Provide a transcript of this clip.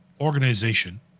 organization